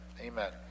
Amen